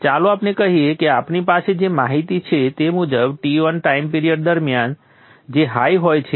ચાલો આપણે કહીએ કે આપણી પાસે જે માહિતી છે તે મુજબ Ton ટાઈમ પિરિયડ દરમિયાન જે હાઇ હોય છે